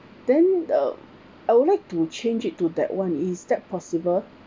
then uh I would like to change it to that [one] is that possible